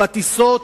עם הטיסות,